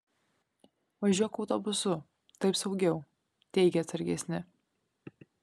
važiuok autobusu taip saugiau teigė atsargesni